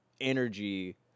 energy